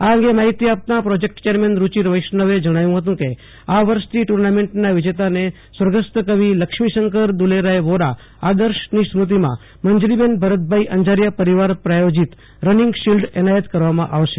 આ અંગે માહિતી આપતા પ્રોજેકટ ચેરમેન રૂચિર વૈષ્ણવે જણાવ્યું હતું કે આ વર્ષથી ટુર્નામેન્ટના વિજેતાને સ્વર્ગસ્થ કવિ લક્ષ્મીશંકર દેલેરાય વોરા આદર્શની સ્મૃતિમાં મંજરીબેન ભરતભાઈ અંજારીયા પરિવાર પ્રાયોજીત રનીંગ શિલ્ડ એનાયત કરવામાં આવશે